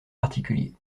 particulier